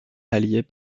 alliées